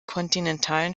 kontinentalen